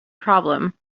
problem